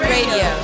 Radio